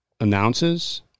announces